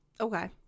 Okay